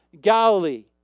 Galilee